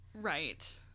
Right